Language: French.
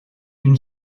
une